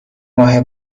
ماه